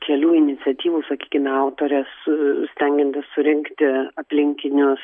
kelių iniciatyvų sakykime autorės stengiantis surinkti aplinkinius